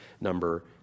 number